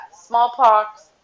smallpox